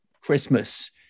Christmas